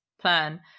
plan